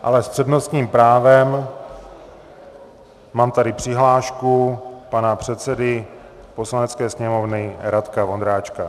Ale s přednostním právem mám tady přihlášku pana předsedy Poslanecké sněmovny Radka Vondráčka.